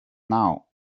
now